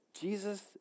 Jesus